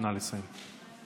נא לסיים.